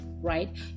right